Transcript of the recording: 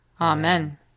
Amen